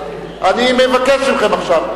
אני מבקש מכם עכשיו.